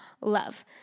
love